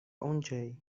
اونجایی